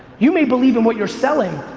you may believe in what you're selling,